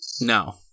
No